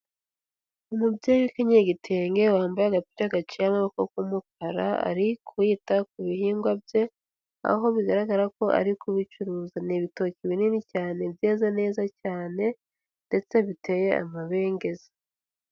Umubyeyi ukenyeye igitenge wambaye agapira gaciye amaboko k'umukara ari kwita ku bihingwa bye, aho bigaragara ko ari kubicuruza. Ni ibitoki binini cyane byeze neza cyane ndetse biteye amabengeza.